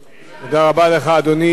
תודה רבה לך, אדוני.